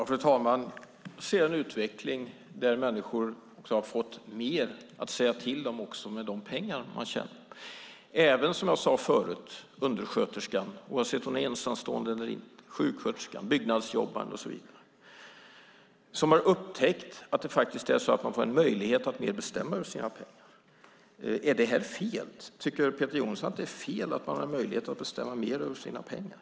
Fru talman! Jag ser en utveckling där människor har fått mer att säga till om när det gäller de pengar de tjänar, även undersköterskan, oavsett hon är ensamstående eller inte, sjuksköterskan, byggjobbaren och så vidare. De har upptäckt att man får en möjlighet att bestämma mer över sina pengar. Tycker Peter Johnsson att det är fel att man har möjlighet att bestämma mer över sina pengar?